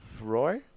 Roy